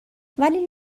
ولی